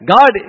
God